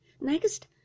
Next